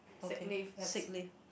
okay sick leave